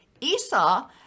Esau